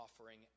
offering